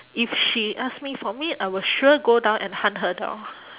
if she ask me for meet I will sure go down and hunt her down